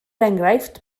enghraifft